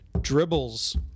dribbles